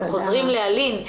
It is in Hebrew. ואנחנו חוזרים לאלין,